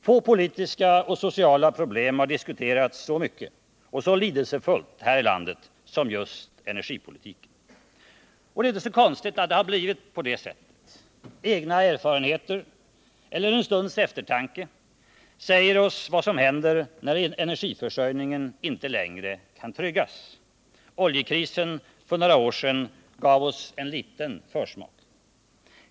Få politiska och sociala problem har diskuterats så mycket och så lidelsefullt här i landet som just energipolitiken, och det är inte konstigt att det blivit på det sättet. Egna erfarenheter eller en stunds eftertanke säger oss vad som händer när energiförsörjningen inte längre kan tryggas. Oljekrisen för några år sedan gav oss en liten försmak.